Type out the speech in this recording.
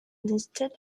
listed